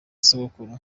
sogokuru